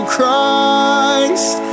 Christ